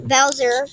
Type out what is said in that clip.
Bowser